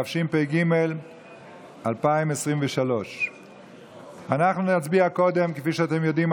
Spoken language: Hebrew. התשפ"ג 2023. כפי שאתם יודעים,